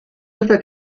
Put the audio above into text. otra